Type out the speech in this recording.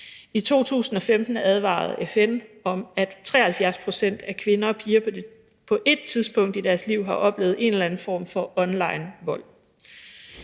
I 2015 advarede FN om, at 73 pct. af alle kvinder og piger på ét tidspunkt i deres liv har oplevet en eller anden form for onlinevold.